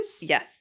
Yes